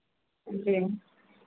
जी